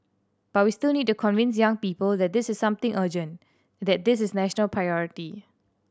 but we still need to convince young people that this is something urgent that this is national priority